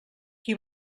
qui